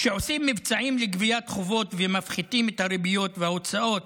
כשעושים מבצעים לגביית חובות ומפחיתים את הריביות וההוצאות,